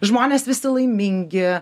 žmonės visi laimingi